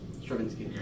Stravinsky